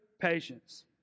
patience